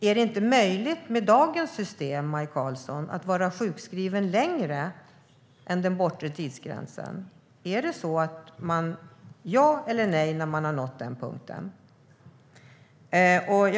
Är det inte möjligt med dagens system att vara sjukskriven längre än till den bortre tidsgränsen, när man har nått den punkten? Ja eller nej?